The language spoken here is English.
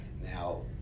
Now